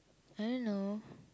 I don't know